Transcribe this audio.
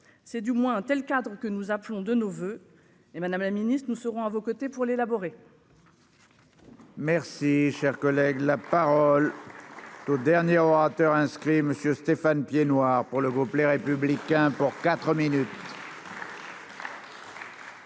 c'est, du moins telle cadre que nous appelons de nos voeux et Madame la Ministre, nous serons à vos côtés pour l'élaborer.